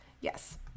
Yes